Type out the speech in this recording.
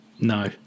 No